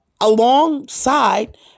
alongside